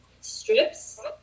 strips